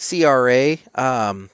CRA